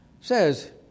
says